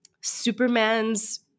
Superman's